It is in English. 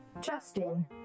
Justin